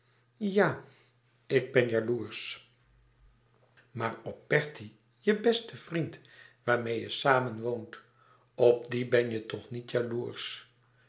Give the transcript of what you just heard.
ja ik ben jaloersch maar op bertie je besten vriend waarmeê je samen woont op dien ben je toch niet jaloersch